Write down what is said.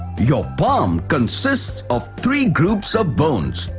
your palm consists of three groups of bones.